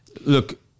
Look